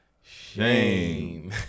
Shame